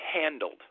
handled